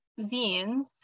zines